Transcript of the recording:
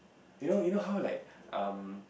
you know you know how like um